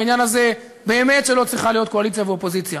בעניין הזה באמת שלא צריכה להיות קואליציה ואופוזיציה.